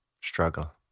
struggle